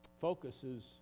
Focuses